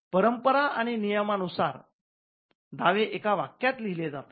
परंपरा आणि नियम नुसार दावे एका वाक्यात लिहिलेले जातात